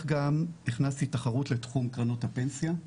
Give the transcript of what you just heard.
גם הכנסתי תחרות לתחום קרנות הפנסיה,